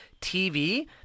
TV